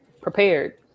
prepared